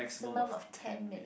maximum of ten minutes